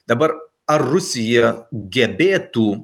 dabar ar rusija gebėtų